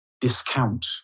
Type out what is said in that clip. discount